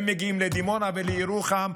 הם מגיעים לדימונה ולירוחם,